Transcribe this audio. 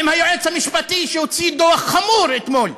עם היועץ המשפטי שהוציא דוח חמור אתמול,